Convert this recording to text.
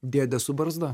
dėdė su barzda